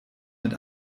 mit